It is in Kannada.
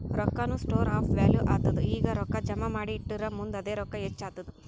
ರೊಕ್ಕಾನು ಸ್ಟೋರ್ ಆಫ್ ವ್ಯಾಲೂ ಆತ್ತುದ್ ಈಗ ರೊಕ್ಕಾ ಜಮಾ ಮಾಡಿ ಇಟ್ಟುರ್ ಮುಂದ್ ಅದೇ ರೊಕ್ಕಾ ಹೆಚ್ಚ್ ಆತ್ತುದ್